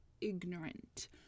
ignorant